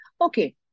Okay